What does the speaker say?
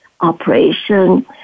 operation